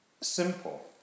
simple